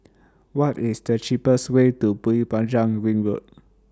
What IS The cheapest Way to Bukit Panjang Ring Road